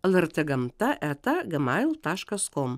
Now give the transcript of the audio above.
lrt gamta eta g majl taškas kom